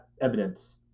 evidence